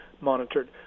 monitored